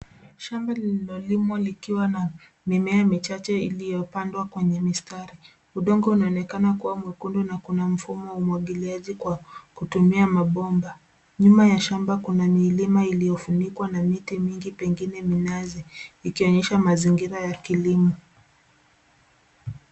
Shamba lililolimwa ikiwa na mimea michache iliyopandwa wenye mistari. Udongo unaonekana kuwa mwekundu na kuna mfumo wa umwagiliaji kwa kutumia mabomba. Nyuma ya shamba kuna milima iliyofunikwa na miti mingi pengine minazi ikionyesha mazingira ya kilimo.